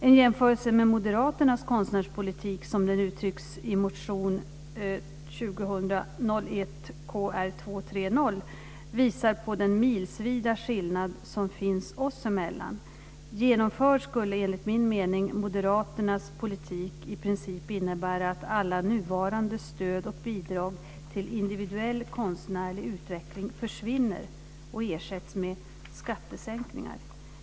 En jämförelse med Moderaternas konstnärspolitik som den uttrycks i motion visar på den milsvida skillnad som finns oss emellan. Genomförd skulle, enligt min mening, Moderaternas politik i princip innebära att alla nuvarande stöd och bidrag till individuell konstnärlig utveckling försvinner och ersätts med skattesänkningar.